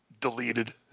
deleted